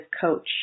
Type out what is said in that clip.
Coach